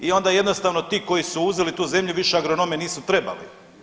I onda jednostavno ti koji su uzeli tu zemlju više agronome nisu trebali.